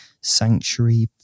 sanctuary